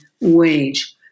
wage